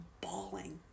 bawling